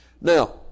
Now